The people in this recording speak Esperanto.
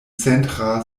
centra